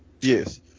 yes